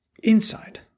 Inside